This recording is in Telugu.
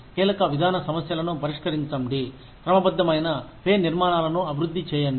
కీలక విధాన సమస్యలను పరిష్కరించండి క్రమబద్ధమైన పే నిర్మాణాలను అభివృద్ధి చేయండి